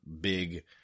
big